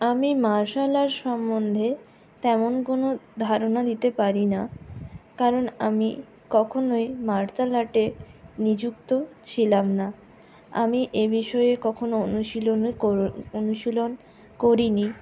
আমি martial art সম্বন্ধে তেমন কোনও ধারণা দিতে পারিনা কারণ আমি কখনোই মার্শাল আর্টে নিযুক্ত ছিলাম না আমি এই বিষয়ে কখনও অনুশীলন অনুশীলন করিনি